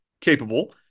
capable